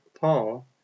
Paul